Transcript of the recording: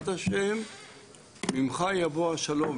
לגנזת יש סמכות לדרוש ידיעות מכל אדם,